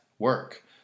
work